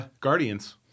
Guardians